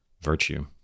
virtue